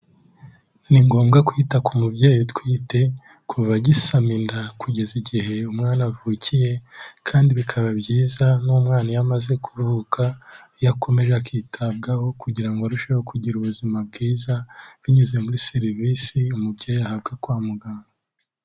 Ni ngombwa kwita ku mubyeyi utwite kuva agisama inda kugeza igihe umwana avukiye kandi bikaba byiza n'umwana iyo amaze kuvuka, iyo akomeje akitabwaho kugira ngo arusheho kugira ubuzima bwiza, binyuze muri serivisi umubyeyi ahabwa kwa muganga.